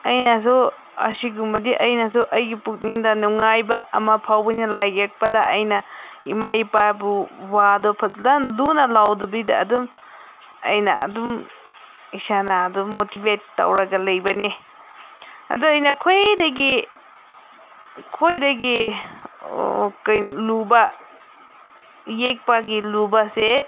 ꯑꯩꯅꯁꯨ ꯑꯁꯤꯒꯨꯝꯕꯗꯤ ꯑꯩꯅꯁꯨ ꯑꯩꯒꯤ ꯄꯨꯛꯅꯤꯡꯗ ꯅꯨꯡꯉꯥꯏꯕ ꯑꯃ ꯐꯥꯎꯕꯅꯤꯅ ꯂꯥꯏ ꯌꯦꯛꯄꯗ ꯑꯩꯅ ꯏꯃꯥ ꯏꯄꯥꯕꯨ ꯋꯥꯗꯣ ꯐꯖꯅ ꯂꯨꯅ ꯂꯧꯗꯕꯤꯗ ꯑꯗꯨꯝ ꯑꯩꯅ ꯑꯗꯨꯝ ꯏꯁꯥꯅ ꯑꯗꯨꯝ ꯃꯣꯇꯤꯚꯦꯠ ꯇꯧꯔꯒ ꯂꯩꯕꯅꯤ ꯑꯗꯨ ꯑꯩꯅ ꯈ꯭ꯋꯥꯏꯗꯒꯤ ꯈ꯭ꯋꯥꯏꯗꯒꯤ ꯀꯩꯅꯣ ꯂꯨꯕ ꯌꯦꯛꯄꯒꯤ ꯂꯨꯕꯁꯦ